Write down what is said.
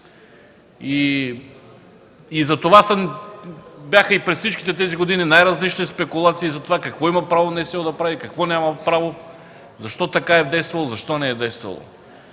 тази причина през всичките тези години имаше най-различни спекулации за това какво има право НСО да прави, какво няма право, защо така е действала, защо не е действала.